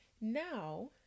now